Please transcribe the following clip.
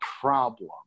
problem